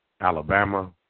Alabama